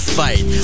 fight